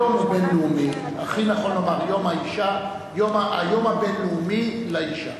הכי נכון לומר: היום הבין-לאומי לאשה.